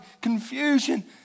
confusion